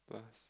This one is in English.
plus